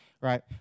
right